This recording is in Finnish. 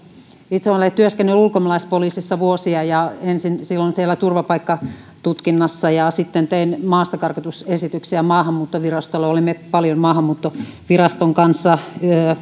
itse olen työskennellyt ulkomaalaispoliisissa vuosia ensin turvapaikkatutkinnassa ja sitten tein maastakarkotusesityksiä maahanmuuttovirastolle ja olimme paljon maahanmuuttoviraston kanssa